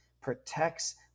protects